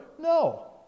No